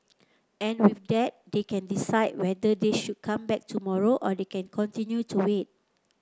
and with that they can decide whether they should come back tomorrow or they can continue to wait